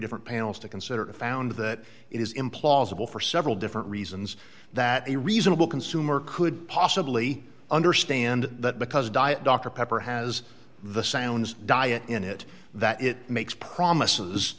different panels to consider it found that it is implausible for several different reasons that a reasonable consumer could possibly understand that because diet dr pepper has the sounds diet in it that it makes promises